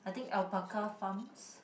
I think alpaca farms